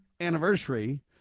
Anniversary